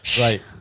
Right